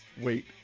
Wait